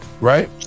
right